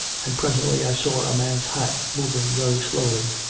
and presently i saw a man's hat moving very slowly.